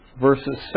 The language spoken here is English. verses